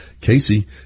Casey